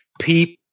people